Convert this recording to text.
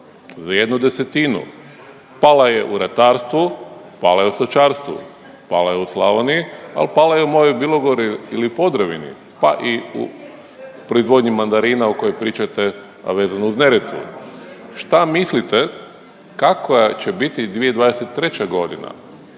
Za jednu desetinu, pala je u ratarstvu, pala je u stočarstvu, pala je u Slavoniji ali pala je u mojoj Bilogori ili Podravini pa i u proizvodnji mandarina o kojoj pričate, a vezano uz Neretvu. Šta mislite kakva će biti 2023. godina,